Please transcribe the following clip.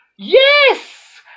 Yes